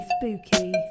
spooky